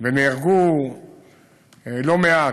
ונהרגו לא מעט,